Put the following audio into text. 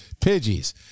Pidgeys